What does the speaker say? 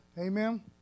Amen